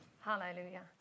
Hallelujah